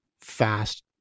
fast